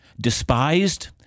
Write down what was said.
despised